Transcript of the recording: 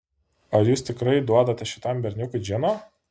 ar jūs tikrai duodate šitam berniukui džino